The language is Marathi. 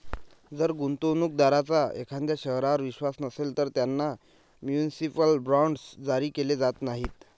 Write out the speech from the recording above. जर गुंतवणूक दारांचा एखाद्या शहरावर विश्वास नसेल, तर त्यांना म्युनिसिपल बॉण्ड्स जारी केले जात नाहीत